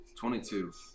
22